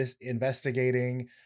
investigating